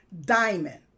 Diamond